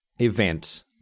event